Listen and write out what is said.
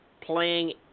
playing